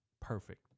perfect